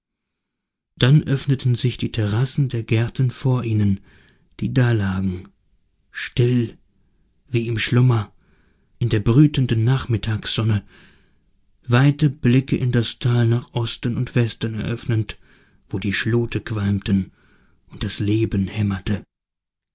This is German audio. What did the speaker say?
dann öffneten sich die terrassen der gärten vor ihnen die da lagen still wie im schlummer in der brütenden nachmittagssonne weite blicke in das tal nach osten und westen eröffnend wo die schlote qualmten und das leben hämmerte